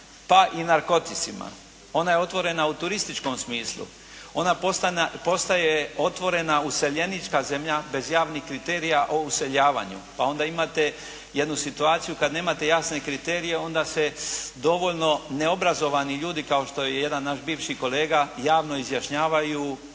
pa i narkoticima. Ona je otvorena u turističkom smislu. Ona postaje otvorena useljenička zemlja bez javnih kriterija o useljavanju. Pa onda imate jednu situaciju kad nemate jasne kriterije, onda se dovoljno neobrazovani ljudi kao što je jedan naš bivši kolega javno izjašnjavaju